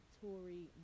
Tory